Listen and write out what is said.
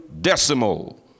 decimal